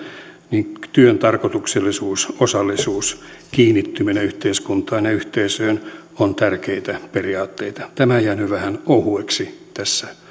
niin työn tarkoituksellisuus osallisuus ja kiinnittyminen yhteiskuntaan ja yhteisöön ovat tärkeitä periaatteita tämä on jäänyt vähän ohueksi tässä